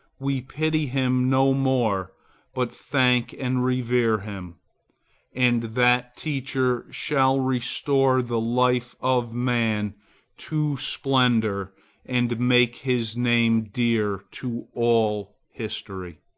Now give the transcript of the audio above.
we pity him no more but thank and revere him and that teacher shall restore the life of man to splendor and make his name dear to all history.